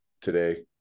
today